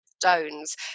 stones